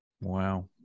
Wow